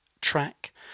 track